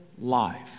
life